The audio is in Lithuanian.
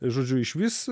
žodžiu išvis